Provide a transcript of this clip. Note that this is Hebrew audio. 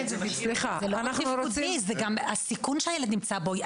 זה לא רק תפקודי אלא זה גם הסיכון שהילד נמצא בו.